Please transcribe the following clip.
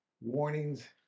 warnings